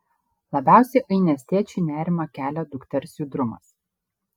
labiausiai ainės tėčiui nerimą kelia dukters judrumas